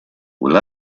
will